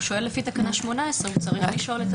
הוא שואל לפי תקנה 18. הוא צריך לשאול.